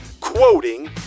quoting